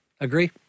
Agree